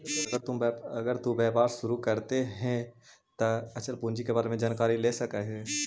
अगर तु व्यापार शुरू करित हे त अचल पूंजी के बारे में जानकारी ले सकऽ हे